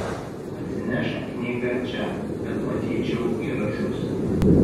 atsinešk knygą čia kad matyčiau įrašus